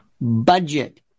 budget